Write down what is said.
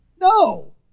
no